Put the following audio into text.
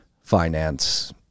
finance